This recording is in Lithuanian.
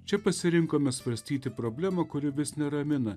čia pasirinkome svarstyti problemą kuri vis neramina